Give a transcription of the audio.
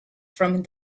from